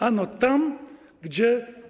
Ano tam, gdzie.